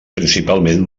principalment